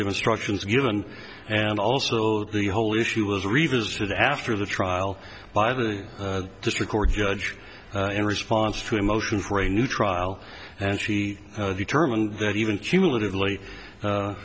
instructions given and also the whole issue was revisited after the trial by the district court judge in response to a motion for a new trial and she determined that even cumulatively